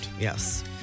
Yes